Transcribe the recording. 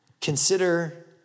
consider